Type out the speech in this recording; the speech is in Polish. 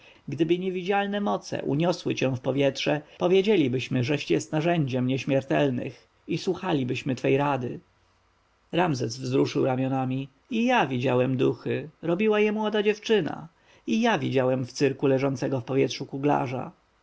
gdyby niewidzialne moce uniosły cię w powietrze powiedzielibyśmy żeś jest narzędziem nieśmiertelnych i słuchalibyśmy twej rady ramzes wzruszył ramionami i ja widziałem duchy robiła je młoda dziewczyna i ja widziałem w cyrku leżącego w powietrzu kuglarza